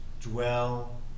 dwell